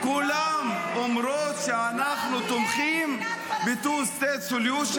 כולן אומרות שהן תומכות ב-Two States Solution,